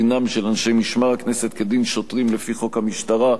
דינם של אנשי משמר הכנסת כדין שוטרים לפי חוק המשטרה,